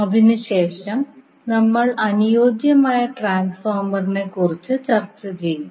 അതിനുശേഷം നമ്മൾ അനുയോജ്യമായ ട്രാൻസ്ഫോർമറിനെക്കുറിച്ച് ചർച്ച ചെയ്യും